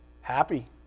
happy